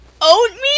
Oatmeal